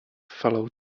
fellow